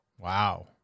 Wow